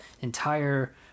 entire